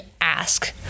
ask